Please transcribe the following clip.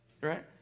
Right